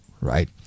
right